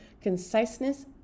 conciseness